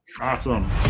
Awesome